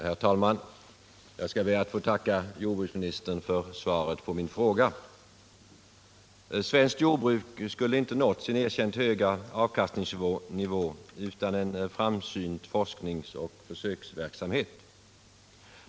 Herr talman! Jag ber att få tacka jordbruksministern för svaret på min fråga. Svenskt jordbruk skulle inte ha nått sin erkänt höga avkastningsnivå utan en framsynt forskningsoch försöksverksamhet.